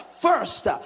first